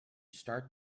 start